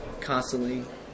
constantly